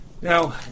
Now